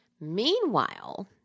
Meanwhile